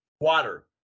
water